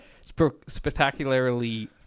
spectacularly